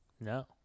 No